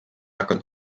hakanud